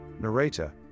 narrator